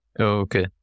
Okay